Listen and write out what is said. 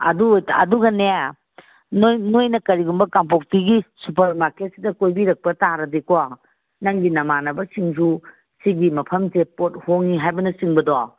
ꯑꯗꯨꯒꯅꯦ ꯅꯣꯏꯅ ꯀꯔꯤꯒꯨꯝꯕ ꯀꯥꯡꯄꯣꯛꯄꯤꯒꯤ ꯁꯨꯄꯔ ꯃꯥꯔꯀꯦꯠꯇ ꯀꯣꯏꯕꯤꯔꯛꯄ ꯇꯥꯔꯗꯤꯀꯣ ꯅꯪꯒꯤ ꯅꯃꯥꯟꯅꯕꯁꯤꯡꯁꯨ ꯁꯤꯒꯤ ꯃꯐꯝꯁꯦ ꯄꯣꯠ ꯍꯣꯡꯏ ꯍꯥꯏꯕꯅ ꯆꯤꯡꯕꯗꯣ